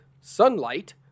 sunlight